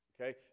Okay